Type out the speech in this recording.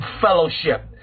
fellowship